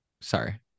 Sorry